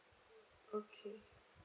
okay